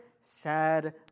sad